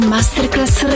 Masterclass